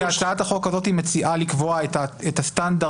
כי הצעת החוק הזאת מציעה לקבוע את הסטנדרט